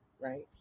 Right